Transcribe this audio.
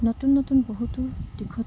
নতুন নতুন বহুতো দিশত